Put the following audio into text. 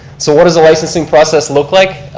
so what does the licensing process look like?